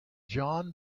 john